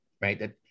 right